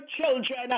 children